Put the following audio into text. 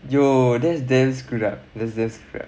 ya that is damn screwed up there's this